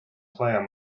player